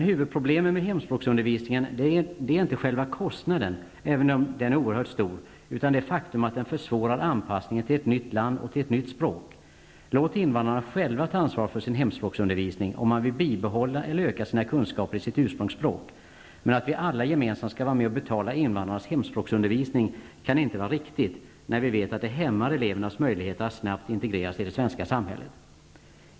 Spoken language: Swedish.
Huvudproblemet med hemspråksundervisningen är dock inte själva kostnaden, även om den är oerhört stor, utan det faktum att den försvårar anpassningen till ett nytt land och till ett nytt språk. Låt invandrarna själva ta ansvaret för sin hemspråksundervisning om de vill bibehålla eller öka sina kunskaper i sitt ursprungsspråk. Men att vi alla gemensamt skall vara med och betala invandrarnas hemspråksundervisning kan inte vara riktigt, när vi vet att det hämmar elevernas möjligheter att snabbt integreras i det svenska samhället.